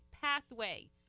pathway